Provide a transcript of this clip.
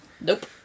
Nope